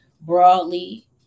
broadly